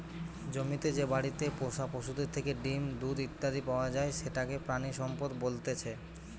জমিতে যে বাড়িতে পোষা পশুদের থেকে ডিম, দুধ ইত্যাদি পাওয়া যায় সেটাকে প্রাণিসম্পদ বলতেছে